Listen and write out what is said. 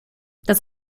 das